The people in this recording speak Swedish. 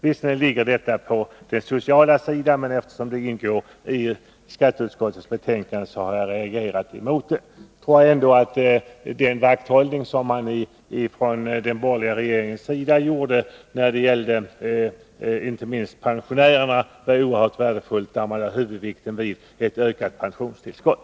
Visserligen ligger denna fråga på de sociala utskotten, men eftersom det finns med i skatteutskottets betänkande har jag reagerat emot det uttalande som gjorts. Jag anser att det var oerhört värdefullt att den borgerliga regeringen i sin inställning till låginkomsttagarna och inte minst till pensionärerna lade huvudvikten vid ett ökat pensionstillskott.